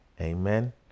Amen